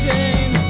James